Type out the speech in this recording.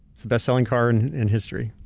it's the best selling car and in history.